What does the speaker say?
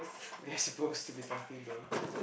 we're supposed to be talking though